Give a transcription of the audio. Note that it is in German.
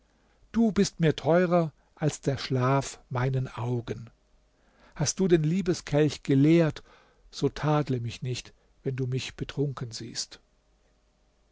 du bist mir teurer als der schlaf meinen augen hast du den liebeskelch geleert so tadle mich nicht wenn du mich betrunken siehst